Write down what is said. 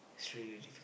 is really difficult